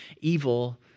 evil